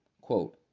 Quote